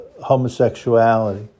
homosexuality